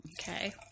Okay